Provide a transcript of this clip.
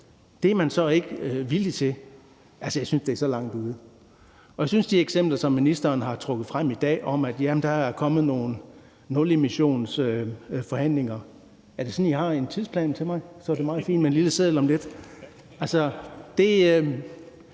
regeringen så ikke villig til. Jeg synes, det er så langt ude! Til de eksempler, som ministeren har trukket frem i dag, om, at der er kommet nogle nulemissionsforhandlinger, vil jeg spørge, om det er sådan, at I har en tidsplan til mig, for så er det meget fint med en lille seddel om lidt. Det er